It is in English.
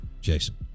Jason